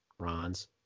Rons